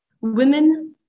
women